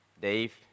Dave